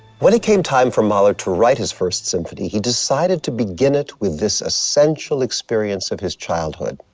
when it came time for mahler to write his first symphony, he decided to begin it with this essential experience of his childhood.